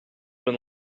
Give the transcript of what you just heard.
been